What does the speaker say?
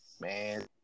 man